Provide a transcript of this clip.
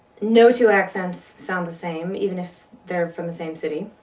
no two accents sound the same, even if they're from the same city.